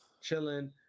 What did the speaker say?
chilling